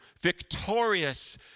victorious